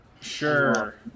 sure